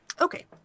Okay